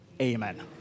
Amen